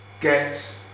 get